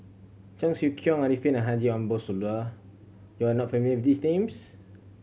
Cheong Siew Keong Arifin and Haji Ambo Sooloh you are not familiar with these names